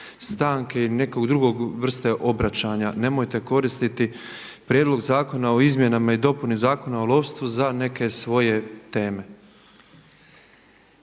stanke i neke druge vrste obraćanja. Nemojte koristiti Prijedlog zakona o izmjenama i dopunama Zakona o lovstvu za neke svoje teme.